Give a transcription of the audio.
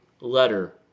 letter